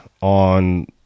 on